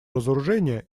разоружения